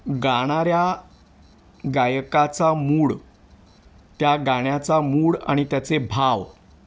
गाणाऱ्या गायकाचा मूड त्या गाण्याचा मूड आणि त्याचे भाव